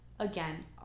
Again